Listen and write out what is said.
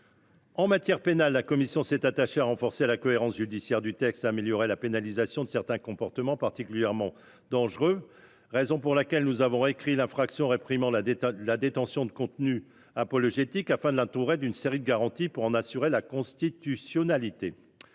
En matière pénale, la commission s’est attachée à renforcer la cohérence judiciaire du texte et à améliorer la pénalisation de certains comportements particulièrement dangereux. Nous avons ainsi réécrit la définition de l’infraction réprimant la détention de contenus apologétiques, afin de l’entourer d’une série de garanties permettant d’en assurer la constitutionnalité.